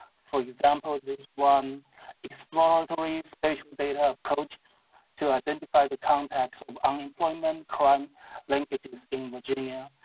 for example, this one exploratory spatial data approach to identify the context of unemployment-crime linkages in virginia,